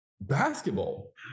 basketball